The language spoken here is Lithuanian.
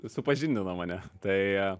supažindino mane tai